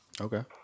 Okay